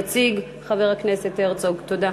יציג חבר הכנסת הרצוג, בבקשה.